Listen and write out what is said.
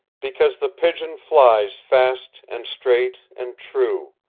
because the pigeon flies fast and straight and true.